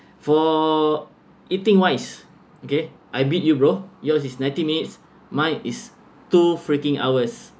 for eating wise okay I beat you bro yours is ninety minutes mine is two freaking hours